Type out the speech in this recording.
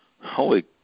holy